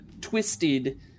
twisted